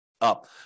up